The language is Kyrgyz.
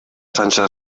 канча